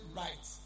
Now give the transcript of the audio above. right